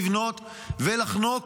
לבנות ולחנוק